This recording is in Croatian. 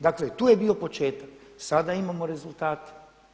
Dakle to je bio početak, sada imamo rezultate.